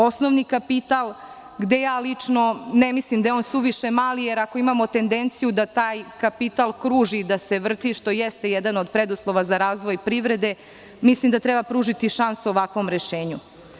Osnovni kapital gde lično ne mislim da je suviše mali, jer ako imamo tendenciju da taj kapital kruži i da se vrti, što jeste jedan od preduslova za razvoj privrede, mislim da treba pružiti šansu ovakvom rešenju.